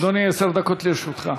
אדוני, עשר דקות לרשותך.